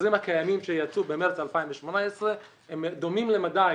החוזרים הקיימים שיצאו במרץ 2018 דומים למדי